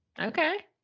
Okay